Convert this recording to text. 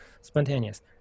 Spontaneous